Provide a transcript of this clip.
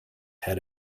head